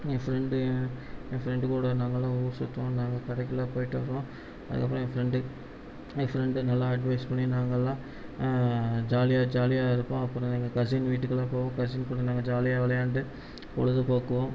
என் friend என் ஃப்ரண்ட்டுக்கூட நாங்களாம் ஊர் சுற்றுவோம் நாங்கள் கடைக்ககெலாம் போய்ட்டு வருவோம் அதுக்கப்புறம் என் ஃப்ரண்டு என் ஃப்ரண்டு நல்லா அட்வைஸ் பண்ணி நாங்கள்லாம் ஜாலியாக ஜாலியாக இருப்போம் அப்புறம் எங்கள் கசின் வீட்டுக்கெலாம் போவோம் கசின்கூட நாங்கள் ஜாலியாக விளையாண்டு பொழுதுபோக்குவோம்